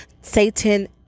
Satan